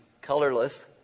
colorless